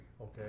okay